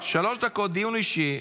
--- שלוש דקות, דיון אישי.